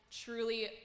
truly